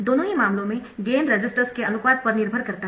दोनों ही मामलों में गेन रेसिस्टर्स के अनुपात पर निर्भर करता है